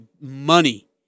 money